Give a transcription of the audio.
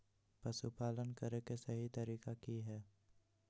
पशुपालन करें के सही तरीका की हय?